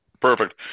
Perfect